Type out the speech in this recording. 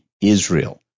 Israel